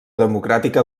democràtica